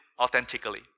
authentically